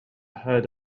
heard